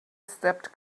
stepped